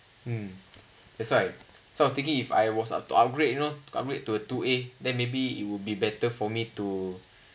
mm that's why so I was thinking if I was up to upgrade you know upgrade to a two A then maybe it would be better for me to